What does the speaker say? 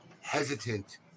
hesitant